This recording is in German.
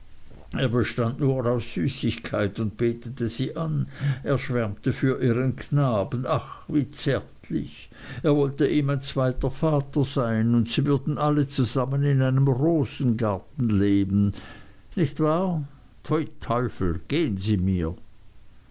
er bestand nur aus süßigkeit und betete sie an er schwärmte für ihren knaben ach wie zärtlich er wollte ihm ein zweiter vater sein und sie würden alle zusammen in einem rosengarten leben nicht wahr pfui teufel gehen sie mir